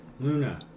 Luna